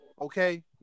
Okay